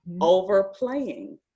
overplaying